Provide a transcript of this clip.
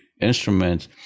instruments